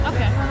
Okay